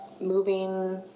moving